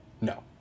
No